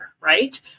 right